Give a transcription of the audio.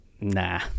Nah